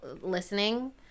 listening